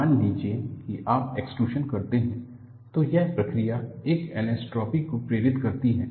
मान लीजिए कि आप एक्सट्रूसन करते हैं तो यह प्रक्रिया एक एनिस्ट्रोपी को प्रेरित करती है